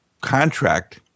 contract